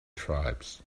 tribes